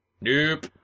Nope